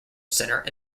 centre